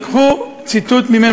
לקחו ציטוט ממנו,